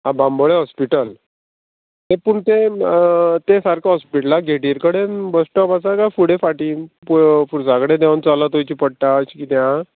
आं बांबोळे हॉस्पिटल ते पूण ते तें सारकें हॉस्पिटला गेटीर कडेन बस स्टॉप आसा काय फुडें फाटीं खुर्सा कडेन देंवन चलत वयचें पडटा अशें किदें आहा